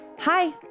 Hi